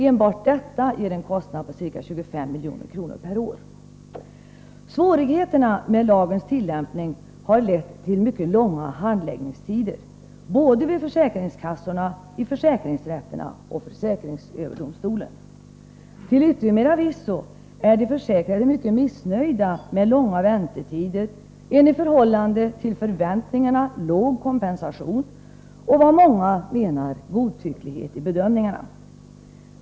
Enbart detta ger en kostnad på ca 25 milj.kr. per år. Svårigheterna med lagens tillämpning har lett till mycket långa handläggningstider både vid försäkringskassorna, i försäkringsrätterna och vid försäkringsöverdomstolen. Till yttermera visso är de försäkrade mycket missnöjda med långa väntetider, en i förhållande till förväntningarna låg kompensation och vad många menar vara en godtycklighet i bedömningarna.